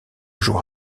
jour